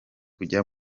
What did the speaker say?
kujya